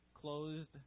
closed